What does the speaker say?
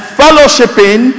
fellowshipping